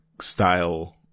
style